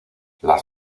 las